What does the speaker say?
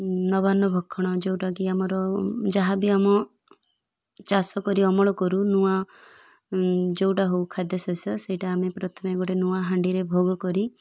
ନବାନ୍ନ ଭକ୍ଷଣ ଯେଉଁଟାକି ଆମର ଯାହା ବିି ଆମ ଚାଷ କରି ଅମଳ କରୁ ନୂଆ ଯେଉଁଟା ହଉ ଖାଦ୍ୟ ଶସ୍ୟ ସେଇଟା ଆମେ ପ୍ରଥମେ ଗୋଟେ ନୂଆ ହାଣ୍ଡିରେ ଭୋଗ କରି